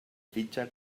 fitxa